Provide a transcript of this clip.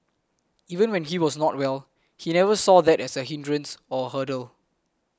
even when he was not well he never saw that as a hindrance or a hurdle